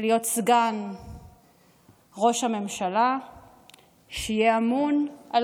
להיות סגן ראש הממשלה שיהיה אמון על